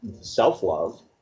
self-love